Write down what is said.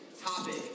topic